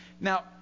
Now